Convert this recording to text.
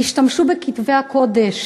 השתמשו בכתבי הקודש